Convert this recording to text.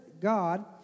god